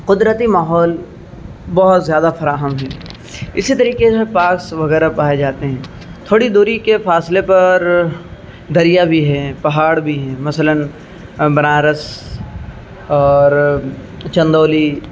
قدرتی ماحول بہت زیادہ فراہم ہے اسی طریقے جو ہے پارکس وغیرہ پائے جاتے ہیں تھوڑی دوری کے فاصلے پر دریا بھی ہے پہاڑ بھی ہیں مثلاً بنارس اور چندولی